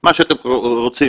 מה שאתם רוצים,